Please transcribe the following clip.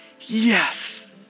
yes